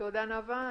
תודה נאוה.